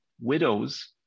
widows